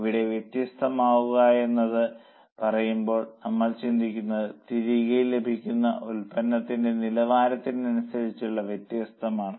ഇവിടെ വ്യത്യസ്തമാകുക എന്ന് പറയുമ്പോൾ നമ്മൾ ചിന്തിക്കുന്നത് തിരികെ ലഭിക്കുന്ന ഉത്പന്നത്തിന്റെ നിലവാരത്തിനനുസരിച്ചുള്ള വ്യത്യാസമാണ്